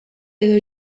edo